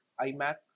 iMac